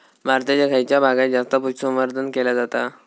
भारताच्या खयच्या भागात जास्त पशुसंवर्धन केला जाता?